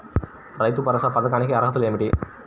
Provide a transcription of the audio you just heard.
రైతు భరోసా పథకానికి అర్హతలు ఏమిటీ?